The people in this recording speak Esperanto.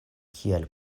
kiel